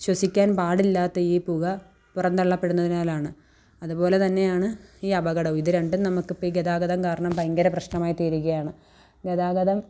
ശ്വസിക്കാൻ പാടില്ലാത്ത ഈ പുക പുറന്തള്ളപ്പെടുന്നതിനാലാണ് അതുപോലെതന്നെയാണ് ഈ അപകടവും ഇത് രണ്ടും നമുക്കിപ്പോള് ഈ ഗതാഗതം കാരണം ഭയങ്കര പ്രശ്നമായിത്തീരുകയാണ് ഗതാഗതം